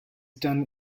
done